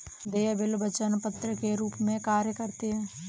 देय बिल वचन पत्र के रूप में कार्य करते हैं